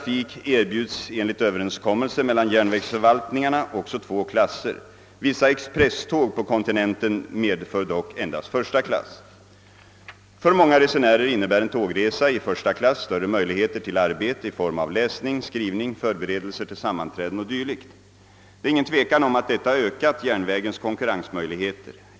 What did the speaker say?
För många resenärer innebär en tågresa i första klass större möjligheter till arbete i form av läsning, skrivning, förberedelser till sammanträden o.d. Det är ingen tvekan om att detta ökat järnvägens konkurrensmöjligheter.